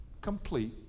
complete